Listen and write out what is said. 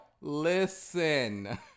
listen